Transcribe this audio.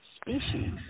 species